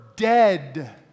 Dead